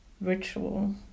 ritual